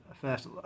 first